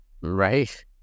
Right